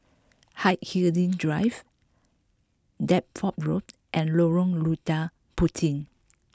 Hindhede Drive Deptford Road and Lorong Lada Puteh